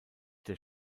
der